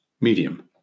medium